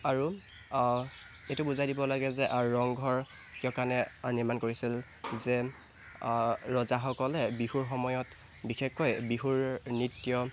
আৰু এইটো বুজাই দিব লাগে যে আৰু ৰংঘৰ কিয় কাৰণে নিৰ্মাণ কৰিছিল যে ৰজাসকলে বিহুৰ সময়ত বিশেষকৈ বিহুৰ নৃত্য